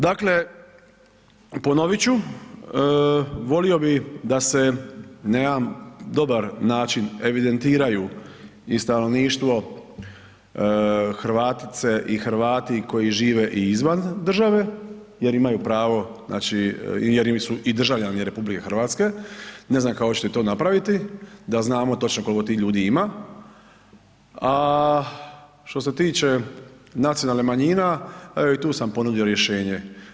Dakle, ponovit ću volio bi da se na jedan dobar način evidentiraju i stanovništvo Hrvatice i Hrvati koji žive i izvan države jer imaju pravo znači jer su državljani RH, ne znam kako ćete to napraviti da znamo točno koliko tih ljudi ima, a što se tiče nacionalnih manjina evo i tu sam ponudio rješenje.